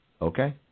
Okay